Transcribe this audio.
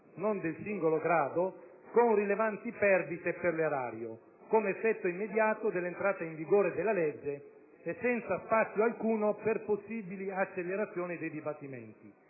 non del singolo grado, con rilevanti perdite per l'erario, come effetto immediato dell'entrata in vigore della legge e senza spazio alcuno per possibili accelerazioni dei dibattimenti.